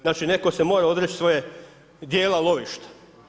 Znači, netko se mora odreći svoga djela lovišta.